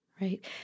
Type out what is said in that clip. right